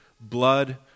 blood